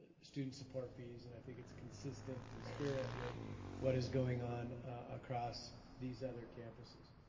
student support fees, and i think it's consistent in spirit with what is going on across these other campuses.